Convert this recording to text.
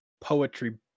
poetry